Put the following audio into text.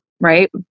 right